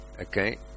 okay